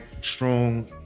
strong